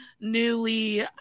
newly